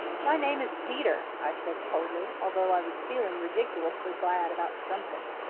my name is peter, i said coldly, although i was feeling ridiculously glad about something.